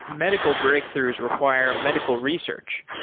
medical breakthroughs require medical research.